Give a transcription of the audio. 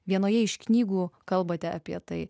vienoje iš knygų kalbate apie tai